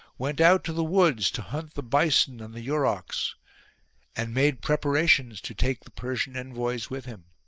went out to the woods to hunt the bison and the urochs and made preparations to take the persian envoys with him.